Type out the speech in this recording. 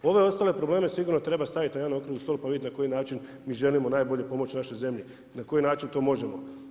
Ove ostale probleme sigurno treba staviti na jedan okrugli sto pa vidjeti na koji način mi želimo najbolje pomoći našoj zemlji i na koji način to možemo.